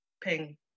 ping